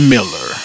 Miller